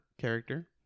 character